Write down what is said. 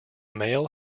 male